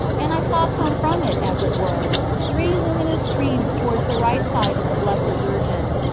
and i saw come from it as it were three luminous streams towards the right side of the blessed virgin,